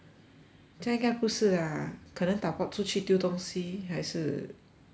这样应该不是 lah 可能 dao pok 出去丢东西还是不知道